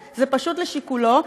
זה לשיקולו?